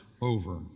over